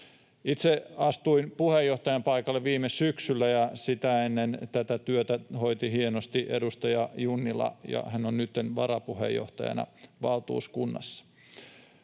Itse astuin puheenjohtajan paikalle viime syksynä, ja sitä ennen tätä työtä hoiti hienosti edustaja Junnila, ja hän on nyt varapuheenjohtajana valtuuskunnassa.